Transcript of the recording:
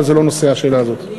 אבל זה לא נושא השאלה הזאת.